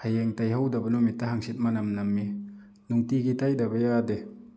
ꯍꯌꯦꯡ ꯇꯩꯍꯧꯗꯕ ꯅꯨꯃꯤꯠꯇ ꯍꯥꯡꯆꯤꯠ ꯃꯅꯝ ꯅꯝꯃꯤ ꯅꯨꯡꯇꯤꯒꯤ ꯇꯩꯗꯕ ꯌꯥꯗꯦ